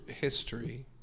history